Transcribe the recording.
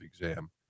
exam